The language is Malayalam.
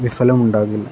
വിഫലം ഉണ്ടാകില്ല